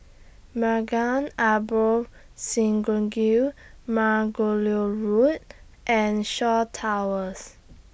Maghain Aboth Synagogue Margoliouth Road and Shaw Towers